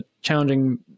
challenging